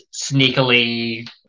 sneakily